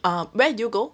um where do you go